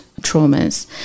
traumas